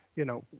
you know,